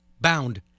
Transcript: bound